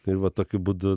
tai va tokiu būdu